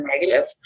negative